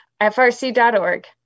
frc.org